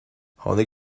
tháinig